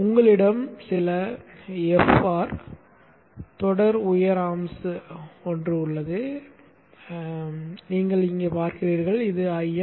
உங்களிடம் சில FR தொடர் உயர் ஆம்ப்ஸ் 1 உள்ளது நீங்கள் இங்கே பார்க்கிறீர்கள் இது 1N11